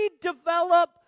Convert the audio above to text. develop